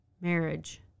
Marriage